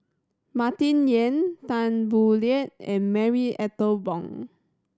Martin Yan Tan Boo Liat and Marie Ethel Bong